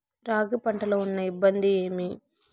రాగి పంటలో ఉన్న ఇబ్బంది ఏమి?